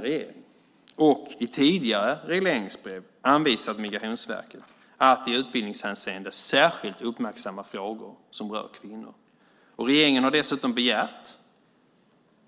Regeringen har i tidigare regleringsbrev anvisat Migrationsverket att i utbildningshänseende särskilt uppmärksamma frågor som rör kvinnor. Regeringen har dessutom begärt, vilket